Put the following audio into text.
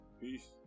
Peace